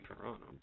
Toronto